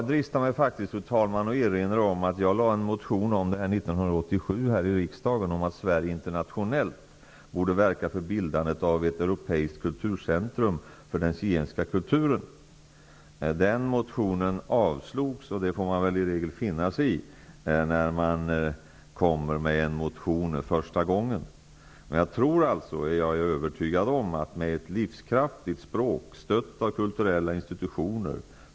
Jag dristar mig faktiskt till att erinra om att jag väckte en motion här i riksdagen 1987 om att Sverige internationellt borde verka för bildandet av ett europeiskt kulturcentrum för den zigenska kulturen. Den motionen avslogs. Det får man i regel finna sig i när man väcker en motion första gången. Jag är övertygad om att den zigenska minoriteten kan höja sin självaktning och självtillit med ett livskraftigt språk, stött av kulturella institutioner.